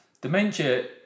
Dementia